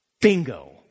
bingo